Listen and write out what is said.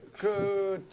to?